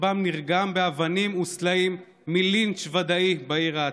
שרכבם נרגם באבנים וסלעים מלינץ' ודאי בעיר העתיקה.